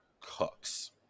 cooks